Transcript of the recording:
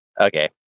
Okay